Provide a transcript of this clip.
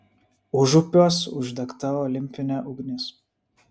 užupiuos uždegta olimpinė ugnis